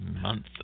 month